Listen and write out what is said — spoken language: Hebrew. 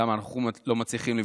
למה אנחנו לא מצליחים לבנות,